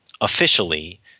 officially